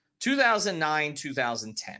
2009-2010